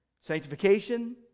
sanctification